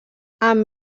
amb